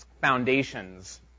foundations